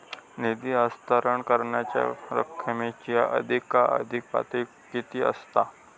निधी हस्तांतरण करण्यांच्या रकमेची अधिकाधिक पातळी किती असात?